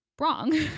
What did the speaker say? wrong